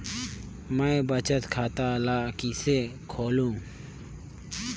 मैं बचत खाता ल किसे खोलूं?